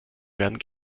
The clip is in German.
werden